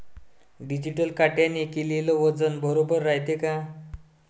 Digital काट्याने केलेल वजन बरोबर रायते का?